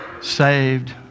saved